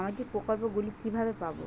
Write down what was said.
সামাজিক প্রকল্প গুলি কিভাবে পাব?